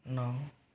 नौ